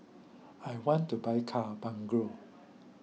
I want to buy car bungalow